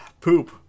Poop